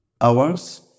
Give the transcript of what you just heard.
Hours